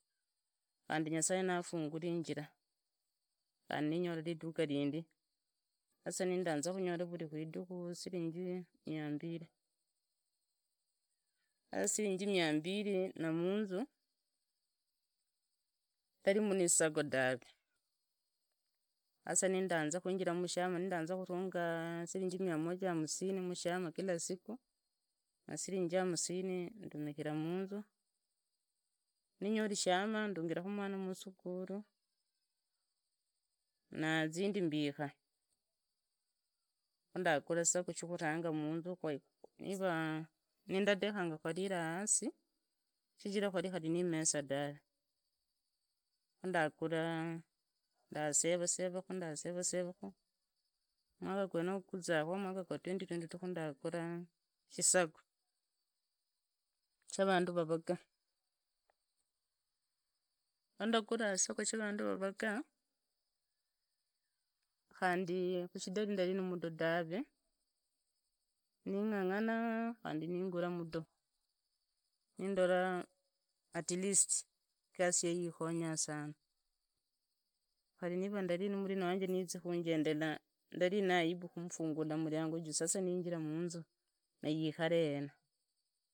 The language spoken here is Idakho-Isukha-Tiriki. Khandi nyasaye nafunguraa injira, khandi ninyola ridhaka rindi, sasa ninduanza khunyola vuri ridhikhu sirinji mia mbiri na munzu ndarimu nikisago dave, sasa nindaanza khaingira mushama, nindanzaa khurunga zishiringi mia moja hamusini mashamu kila siku na siringi hamusini ndamikhira munzu, ninyori shama ndunyira mwana musukhulu na zindi mbisha khu ndagura shisago shikhuranga munzu, nivaa ndadekhanga kwariria hasi shichira kwari ni mesa dave, khundagura, ndasevasava khu ndasevasava khu mwaka gweneyo guzaa mwaka gwa zoze khu ndaguraa kisago cha vandu vavaragaa, lwa ndaguraa kisago sina vandu vavagaa khandi khushidari ndari na mudo dave, ninganganaa khandi ningura mudo nindora atleast igasi yeniyo ikhonyaa sana, khari niva ndari nimurina wanje ninzi khu jendera ndari na aibu kumfungulla mriango juu sasa nindira munzu neyikhare hena.